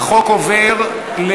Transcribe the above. החוק עובר,